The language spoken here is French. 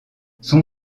son